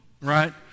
right